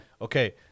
Okay